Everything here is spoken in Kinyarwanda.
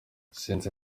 sinzi